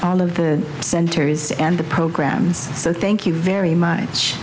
all of the centers and the programs so thank you very much